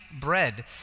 bread